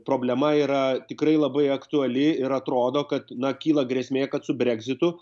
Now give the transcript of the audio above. problema yra tikrai labai aktuali ir atrodo kad na kyla grėsmė kad su breksitu